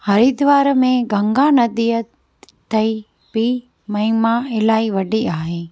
हरिद्वार में गंगा नदीअ ताईं बि महिमा इलाही वॾी आहे